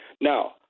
now